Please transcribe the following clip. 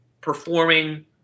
performing